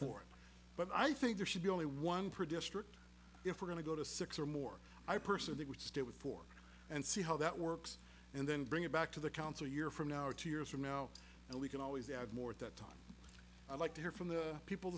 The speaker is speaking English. for but i think there should be only one pretty strict if we're going to go to six or more i personally would stay with four and see how that works and then bring it back to the council year from now or two years from now and we can always add more at that time i'd like to hear from the people